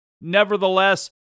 Nevertheless